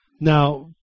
Now